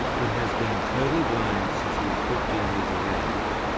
who has been totally blind since he was fifteen years of age,